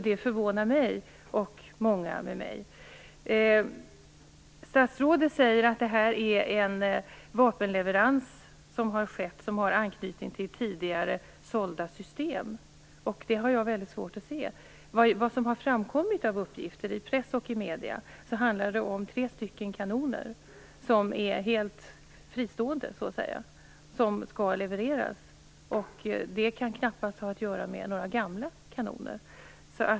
Det förvånar mig och många med mig. Statsrådet säger att den vapenleverans som har skett har anknytning till tidigare sålda system. Det har jag mycket svårt att se. Vad som har framkommit av uppgifter i press och i medier handlar det om tre kanoner som är så att säga helt fristående som skall levereras. Det kan knappast ha att göra med några gamla kanoner.